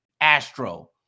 Astro